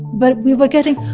but we were getting,